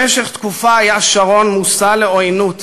במשך תקופה היה שרון מושא לעוינות